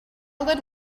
lid